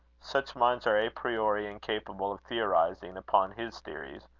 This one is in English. such minds are a priori incapable of theorising upon his theories.